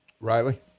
Riley